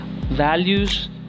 values